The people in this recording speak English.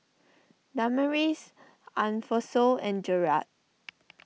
Damaris Alphonso and Jerald